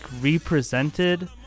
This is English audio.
represented